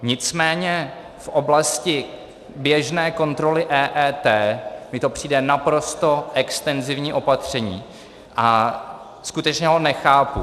Nicméně v oblasti běžné kontroly EET mi to přijde naprosto extenzivní opatření a skutečně ho nechápu.